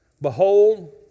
behold